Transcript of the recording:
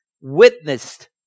witnessed